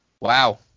wow